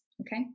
Okay